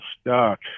stuck